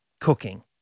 cooking